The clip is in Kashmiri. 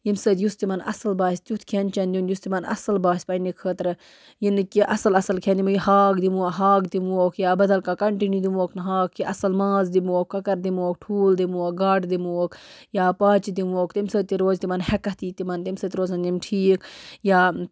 ییٚمہِ سۭتۍ یُس تِمَن اصل باسہِ تِیُتھ کھٮ۪ن چٮ۪ن دِیُن یُس تِمَن اصل باسہِ پَننہِ خٲطرٕ یہِ نہٕ کیٚنٛہہ اصل اصل کھٮ۪ن یِمے ہاکھ دِمو ہاک دِموکھ یا بدل کانہہ کَنٹِنیو دِموکھ نہٕ ہاکھ کیٚنٛہہ اصل ماز دِموکھ کۄکَر دِموکھ ٹھوٗل دِموکھ گاڈٕ دِموکھ یا پاچہِ دِموکھ تمہِ سۭتۍ تہِ روزِ یِمَن ہٮ۪کَتھ ییہِ تِمَن تَمہِ سۭتۍ روزَن تِم ٹھیٖک یا